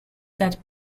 that